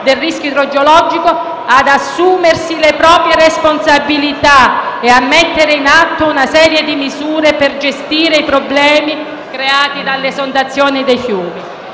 del rischio idrogeologico ad assumersi le proprie responsabilità e a mettere in atto una serie di misure per gestire i problemi creati dalle esondazioni dei fiumi.